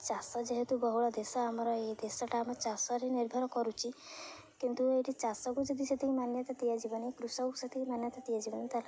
ଚାଷ ଯେହେତୁ ବହୁଳ ଦେଶ ଆମର ଏଇ ଦେଶଟା ଆମର ଚାଷରେ ନିର୍ଭର କରୁଛି କିନ୍ତୁ ଏଇଠି ଚାଷକୁ ଯଦି ସେତିକି ମାନ୍ୟତା ଦିଆଯିବନି କୃଷକକୁ ସେତିକି ମାନ୍ୟତା ଦିଆଯିବନି ତାହେଲେ